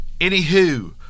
Anywho